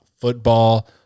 football